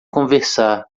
conversar